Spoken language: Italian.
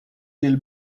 nel